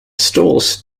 stalls